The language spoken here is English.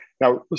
Now